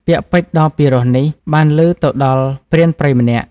ពាក្យពេចន៍ដ៏ពីរោះនេះ បានឮទៅដល់ព្រានព្រៃម្នាក់ ។